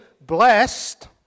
Blessed